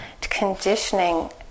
conditioning